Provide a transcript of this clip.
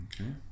Okay